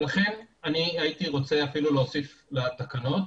לכן אני הייתי רוצה להוסיף לתקנות,